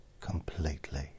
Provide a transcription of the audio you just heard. completely